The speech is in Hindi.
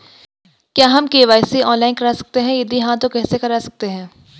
क्या हम के.वाई.सी ऑनलाइन करा सकते हैं यदि हाँ तो कैसे करा सकते हैं?